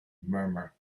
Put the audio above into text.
murmur